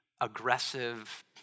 aggressive